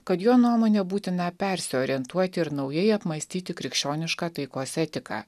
kad jo nuomone būtina persiorientuoti ir naujai apmąstyti krikščionišką taikos etiką